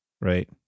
right